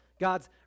God's